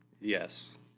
Yes